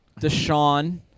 Deshaun